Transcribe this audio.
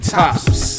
tops